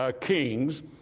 Kings